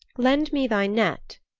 lend me thy net,